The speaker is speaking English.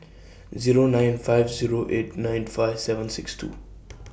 Zero nine five Zero eight nine five seven six two